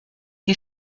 die